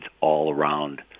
all-around